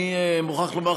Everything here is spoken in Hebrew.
אני מוכרח לומר,